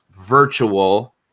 virtual